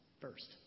First